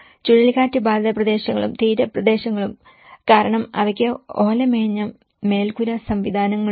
ചുഴലിക്കാറ്റ് ബാധിത പ്രദേശങ്ങളും തീരപ്രദേശങ്ങളും കാരണം അവയ്ക്ക് ഓല മേഞ്ഞ മേൽക്കൂര സംവിധാനങ്ങളുണ്ട്